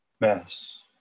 Mass